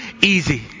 easy